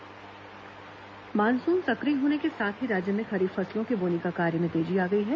खरीफ मौसम बोनी मानसून सक्रिय होने के साथ ही राज्य में खरीफ फसलों के बोनी के कार्य में तेजी आ गई है